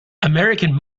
american